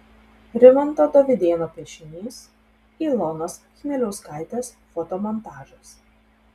rimanto dovydėno piešinys ilonos chmieliauskaitės fotomontažas